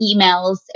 emails